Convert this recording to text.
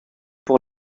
pour